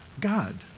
God